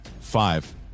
Five